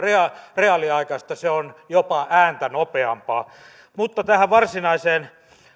reaaliaikaista se on jopa ääntä nopeampaa mutta tähän varsinaiseen